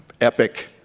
epic